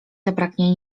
zabraknie